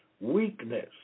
Weakness